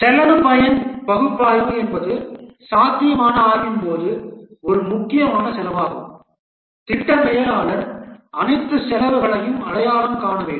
செலவு பயன் பகுப்பாய்வு என்பது சாத்தியமான ஆய்வின் போது ஒரு முக்கியமான செயலாகும் திட்ட மேலாளர் அனைத்து செலவுகளையும் அடையாளம் காண வேண்டும்